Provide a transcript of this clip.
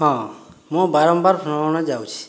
ହଁ ମୁଁ ବାରମ୍ବାର ଭ୍ରମଣ ଯାଉଛି